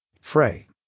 Frey